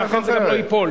ולכן זה גם לא ייפול.